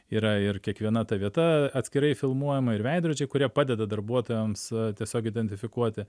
yra ir kiekviena ta vieta atskirai filmuojama ir veidrodžiai kurie padeda darbuotojams tiesiog identifikuoti